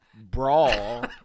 brawl